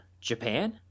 Japan